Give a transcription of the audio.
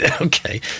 okay